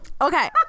Okay